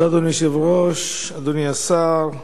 אדוני היושב-ראש, תודה, אדוני השר,